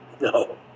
no